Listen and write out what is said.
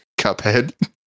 cuphead